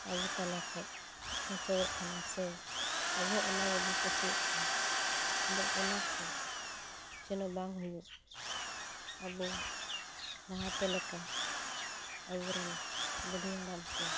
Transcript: ᱟᱵᱚ ᱛᱟᱞᱟ ᱠᱷᱚᱱ ᱚᱪᱚᱜᱚᱜ ᱠᱟᱱᱟ ᱥᱮ ᱟᱵᱚ ᱚᱱᱟᱜᱮᱵᱚᱱ ᱠᱩᱥᱤᱭᱟᱜ ᱠᱟᱱᱟ ᱟᱫᱚ ᱚᱱᱟᱠᱚ ᱡᱮᱱᱚ ᱵᱟᱝ ᱦᱩᱭᱩᱜ ᱟᱵᱚ ᱚᱱᱟᱠᱚ ᱞᱮᱠᱟ ᱟᱵᱚᱨᱮᱱ ᱵᱩᱰᱷᱤ ᱦᱟᱲᱟᱢᱠᱚ